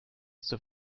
zur